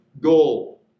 goal